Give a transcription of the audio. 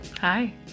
Hi